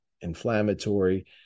inflammatory